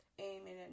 Amen